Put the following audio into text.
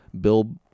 Bill